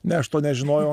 ne aš to nežinojau